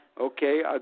Okay